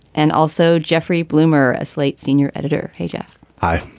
and also jeffrey bloomer, a slate senior editor. hey, jeff. hi.